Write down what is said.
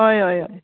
हय हय हय